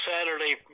Saturday